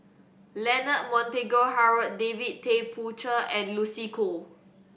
Leonard Montague Harrod David Tay Poey Cher and Lucy Koh